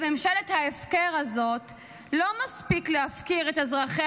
בממשלת ההפקר הזאת לא מספיק להפקיר את אזרחי